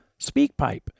speakpipe